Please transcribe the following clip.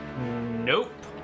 Nope